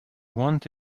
want